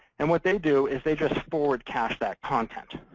and what they do is they just forward-cache that content.